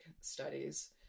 studies